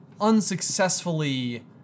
unsuccessfully